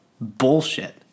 bullshit